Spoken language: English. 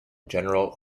general